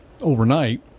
overnight